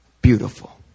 beautiful